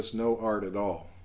us no art at all